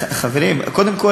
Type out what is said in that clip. חברים,